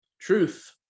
Truth